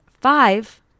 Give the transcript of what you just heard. five